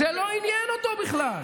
זה לא עניין אותו בכלל.